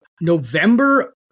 November